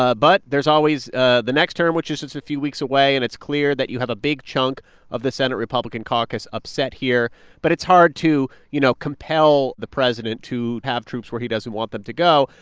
ah but there's always ah the next term, which is just a few weeks away. and it's clear that you have a big chunk of the senate republican caucus upset here but it's hard to, you know, compel the president to have troops where he doesn't want them to go.